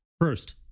first